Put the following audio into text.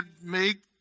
make